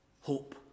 hope